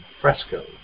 Fresco